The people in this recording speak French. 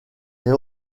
est